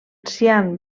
cian